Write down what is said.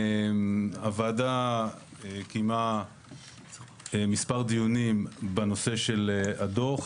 הוועדה קיימה מספר דיונים בנושא של הדוח,